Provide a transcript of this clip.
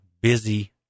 busy